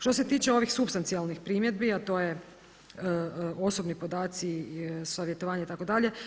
Što se tiče ovih supstancijalnih primjedbi, a to je osobni podaci, savjetovanje itd.